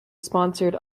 sponsored